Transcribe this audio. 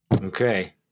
Okay